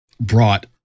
Brought